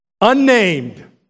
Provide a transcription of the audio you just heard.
unnamed